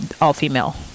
all-female